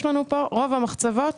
רוב המחצבות